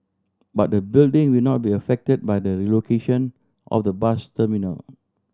but the building will not be affected by the relocation of the bus terminal